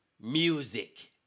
music